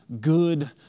Good